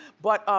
but ah